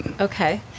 Okay